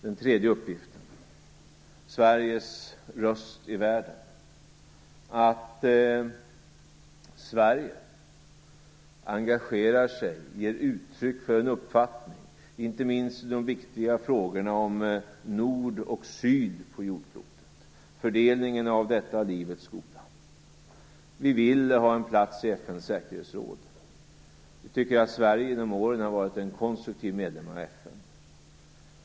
Den tredje uppgiften för oss handlar om Sveriges röst i världen, att Sverige engagerar sig och ger uttryck för en uppfattning, inte minst i de viktiga frågorna om nord och syd på jordklotet, fördelningen av detta livets goda. Vi vill ha en plats i FN:s säkerhetsråd. Vi tycker att Sverige genom åren har varit en konstruktiv medlem av FN.